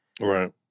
Right